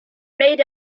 made